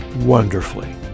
wonderfully